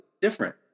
different